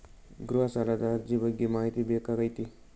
ಗೃಹ ಸಾಲದ ಅರ್ಜಿ ಬಗ್ಗೆ ಮಾಹಿತಿ ಬೇಕಾಗೈತಿ?